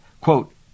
quote